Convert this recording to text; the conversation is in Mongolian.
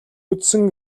үзсэн